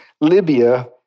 Libya